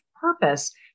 purpose